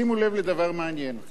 שימו לב לדבר מעניין.